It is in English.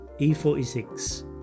e46